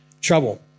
trouble